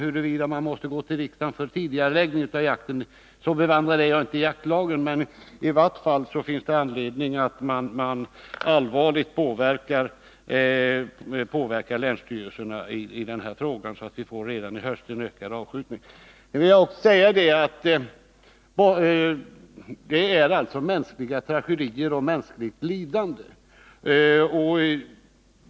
Jag är inte så bevandrad i jaktlagen att jag vet huruvida man måste gå till riksdagen för tidigareläggning av jakten, men i vart fall finns det anledning att göra allvarliga försök att påverka länsstyrelserna i den här frågan, så att vi redan i höst får en ökad avskjutning. Det är mänskliga tragedier och mänskligt lidande som det här är fråga om.